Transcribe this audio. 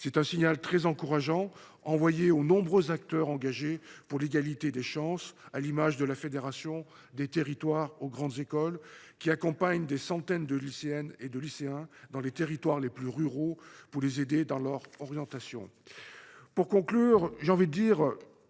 C’est un signal très encourageant envoyé aux nombreux acteurs engagés pour l’égalité des chances, à l’image de la fédération Des territoires aux grandes écoles, qui accompagne des centaines de lycéennes et de lycéens des territoires les plus ruraux pour les aider dans leur orientation. Esprit olympique, es